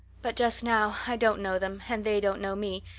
but just now i don't know them and they don't know me,